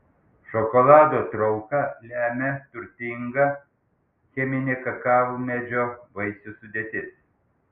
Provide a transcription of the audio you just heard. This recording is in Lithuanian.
šokolado trauką lemia turtinga cheminė kakavmedžio vaisių sudėtis